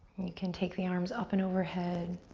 you can take the arms up and overhead.